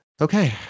okay